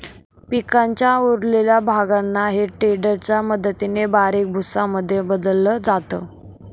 पिकाच्या उरलेल्या भागांना हे टेडर च्या मदतीने बारीक भुसा मध्ये बदलल जात